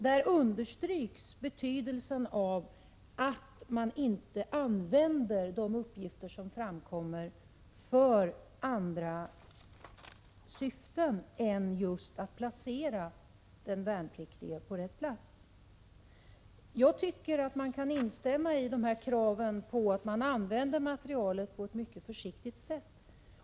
Där understryks betydelsen av att man inte använder de uppgifter som framkommer för andra syften än just att placera den värnpliktige på rätt plats. Jag vill instämma i kraven på att materialet skall användas mycket försiktigt.